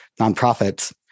nonprofits